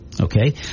Okay